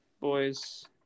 boys